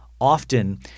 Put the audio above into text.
often